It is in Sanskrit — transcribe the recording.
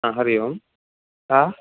हा हरिः ओं का